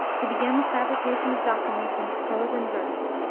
he began the fabrication of documents in prose and verse,